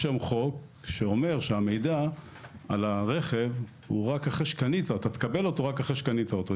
יש היום חוק שאומר שאתה תקבל את המידע על הרכב רק אחרי שקנית אותו.